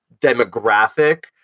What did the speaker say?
demographic